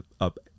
up